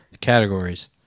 categories